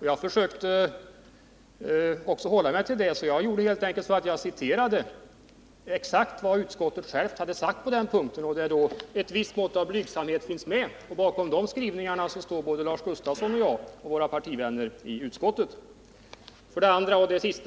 Jag citerade också exakt vad utskottet självt sagt på den punkten. Där finns det med ett visst mått av blygsamhet, och bakom de skrivningarna står både Lars Gustafsson och jag och våra partivänner i utskottet. Till sist!